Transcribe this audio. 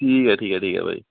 ਠੀਕ ਆ ਠੀਕ ਆ ਠੀਕ ਆ ਭਾਅ ਜੀ